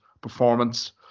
performance